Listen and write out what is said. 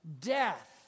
Death